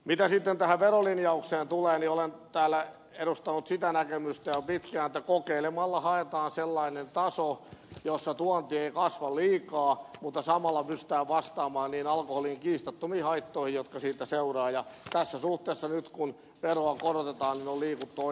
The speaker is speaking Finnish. mitä sitten tähän verolinjaukseen tulee niin olen täällä edustanut sitä näkemystä jo pitkään että kokeilemalla haetaan sellainen taso jossa tuonti ei kasva liikaa mutta samalla pystytään vastaamaan niihin alkoholin kiistattomiin haittoihin jotka siitä seuraavat ja tässä suhteessa nyt kun veroa korotetaan on liikuttu oikeaan suuntaan